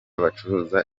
bacuruza